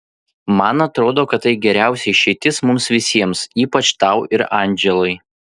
man atrodo kad tai geriausia išeitis mums visiems ypač tau ir andželai